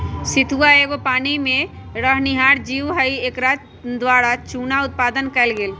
सितुआ एगो पानी में रहनिहार जीव हइ एकरा द्वारा चुन्ना उत्पादन कएल गेल